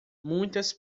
muitas